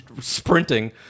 sprinting